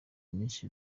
myinshi